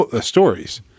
stories